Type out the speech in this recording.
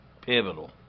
pivotal